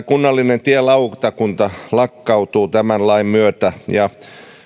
kunnallinen tielautakunta lakkautuu tämän lain myötä ja